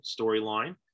storyline